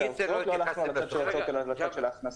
ההוצאות לא הלכנו על הצד של ההוצאות אלא על הצד של ההכנסות.